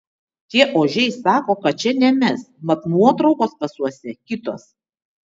tie ožiai sako kad čia ne mes mat nuotraukos pasuose kitos